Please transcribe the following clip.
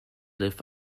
live